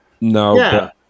No